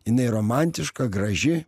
jinai romantiška graži